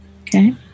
Okay